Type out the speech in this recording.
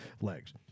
legs